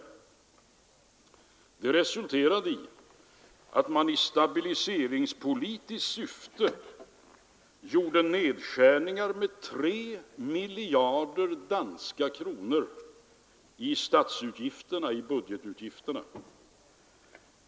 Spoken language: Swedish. Det resulterade i att man i stabiliseringspolitiskt syfte gjorde nedskärningar med 3 miljarder danska kronor i budgetutgifterna.